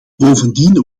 bovendien